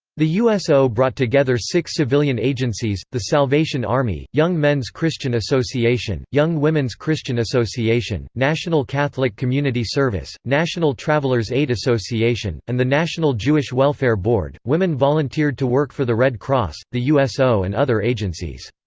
the uso brought together six civilian agencies the salvation army, young men's christian association, young women's christian association, national catholic community service, national travelers aid association, and the national jewish welfare board women volunteered to work for the red cross, the uso and other agencies.